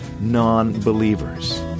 non-believers